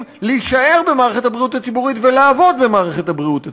להישאר במערכת הבריאות הציבורית ולעבוד במערכת הבריאות הציבורית.